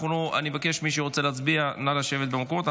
אני מבקש, מי שרוצה להצביע נא לשבת במקומות.